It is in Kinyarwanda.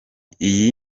iyi